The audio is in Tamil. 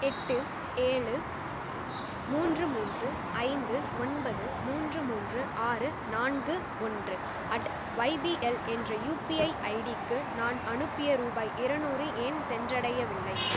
எட்டு ஏழு மூன்று மூன்று ஐந்து ஒன்பது மூன்று மூன்று ஆறு நான்கு ஒன்று அட் ஒய்பிஎல் என்ற யூபிஐ ஐடிக்கு நான் அனுப்பிய ரூபாய் இருநூறு ஏன் சென்றடையவில்லை